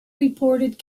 reported